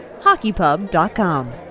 HockeyPub.com